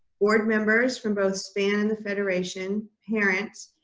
board members from both span and the federation, parents,